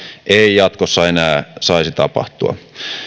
jatkossa enää saisi tapahtua